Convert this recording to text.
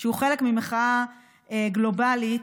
שהוא חלק ממחאה גלובלית,